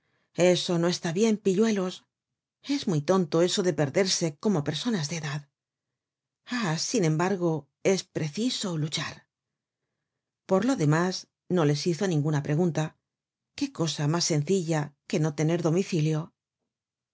eso no está bien pilluelos es muy tonto eso de perderse como personas de edad ah sin embargo es preciso luchar por lo demás no les hizo ninguna pregunta qué cosa mas sencilla que no tener domicilio